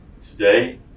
today